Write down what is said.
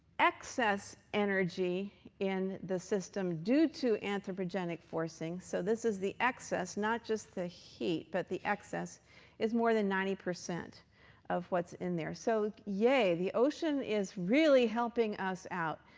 excess energy in the system due to anthropogenic forcing. so this is the excess. not just the heat, but the excess is more than ninety percent of what's in there. so yay, the ocean is really helping us out.